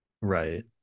right